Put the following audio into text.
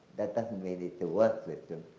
that doesn't mean it to work with them.